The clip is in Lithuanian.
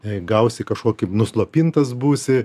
jei gausi kažkokį nuslopintas būsi